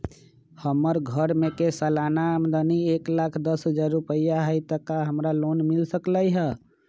हमर घर के सालाना आमदनी एक लाख दस हजार रुपैया हाई त का हमरा लोन मिल सकलई ह?